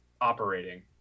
operating